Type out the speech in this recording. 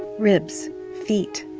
ribs, feet,